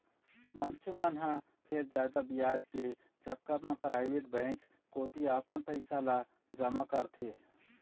मनखे मन ह फेर जादा बियाज के चक्कर म पराइवेट बेंक कोती अपन पइसा ल जमा करथे